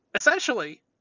essentially